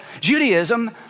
Judaism